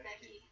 Becky